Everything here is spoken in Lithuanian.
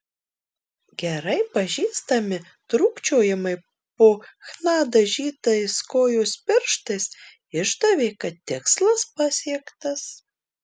gerai pažįstami trūkčiojimai po chna dažytais kojos pirštais išdavė kad tikslas pasiektas